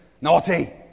Naughty